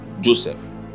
Joseph